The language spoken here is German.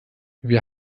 wir